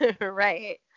Right